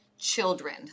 Children